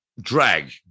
drag